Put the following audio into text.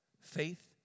Faith